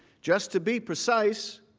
just to be precise,